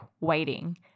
waiting